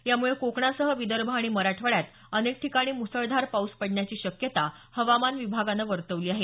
यामुळे कोकणासह विदर्भ आणि मराठवाड्यात अनेक ठिकाणी मुसळधार पाऊस पडण्याची शक्यता हवामान विभागानं वर्तवली आहे